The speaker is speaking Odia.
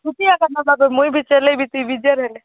ମୁଇଁ ବି ଚଲେଇବି ହେଲେ